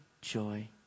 joy